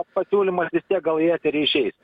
pasiūlymas vis tiek gal į eterį išeis